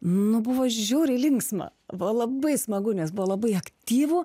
nu buvo žiauriai linksma buvo labai smagu nes buvo labai aktyvu